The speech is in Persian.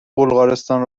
بلغارستان